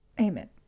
Amen